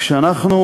כשאנחנו